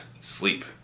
sleep